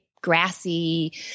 grassy